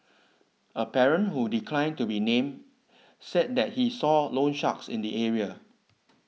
a parent who declined to be named said that he saw loansharks in the area